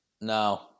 No